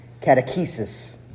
catechesis